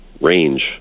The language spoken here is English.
range